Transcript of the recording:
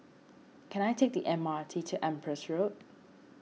can I take the M R T to Empress Road